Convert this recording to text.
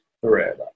forever